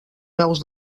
peus